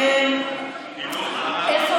ארבל,